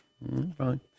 Right